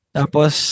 tapos